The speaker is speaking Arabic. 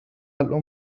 الأم